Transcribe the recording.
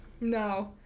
no